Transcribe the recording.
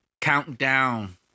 countdown